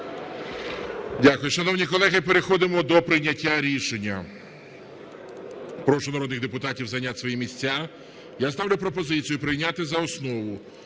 Дякую. Шановні колеги, переходимо до прийняття рішення. Прошу народних депутатів зайняти свої місця. Я ставлю пропозицію прийняти за основу